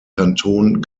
kanton